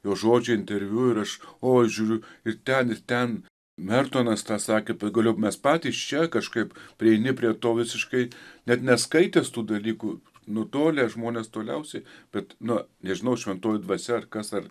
jo žodžiai interviu ir aš o žiūriu ir ten ir ten mertonas tą sakė pagaliau mes patys čia kažkaip prieini prie to visiškai net neskaitęs tų dalykų nutolę žmonės toliausiai bet na nežinau šventoji dvasia ar kas ar